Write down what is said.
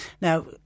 Now